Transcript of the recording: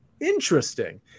Interesting